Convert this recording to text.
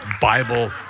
Bible